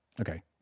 okay